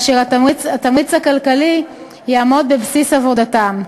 והתמריץ הכלכלי יעמוד בבסיס עבודתם.